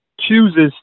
chooses